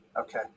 Okay